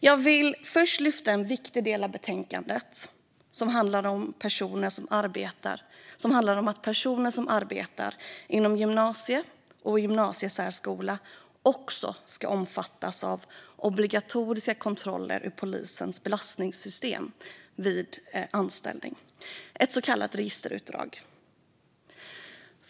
Jag vill först lyfta fram en viktig del av betänkandet som handlar om att personer som arbetar inom gymnasieskolan och gymnasiesärskolan ska omfattas av obligatoriska kontroller av uppgifter i polisens belastningsregister vid anställning, ett så kallat registerutdrag.